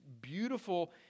beautiful